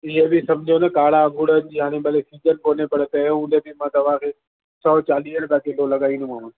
इअं बि समुझो न कारा अंगूरनि जी हाणे भले सीज़न कोन्हे पर तंहिं हूंदे बि मां तव्हांखे सौ चालीहें रुपिये किलो लॻाईंदोमांव